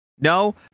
No